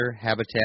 Habitat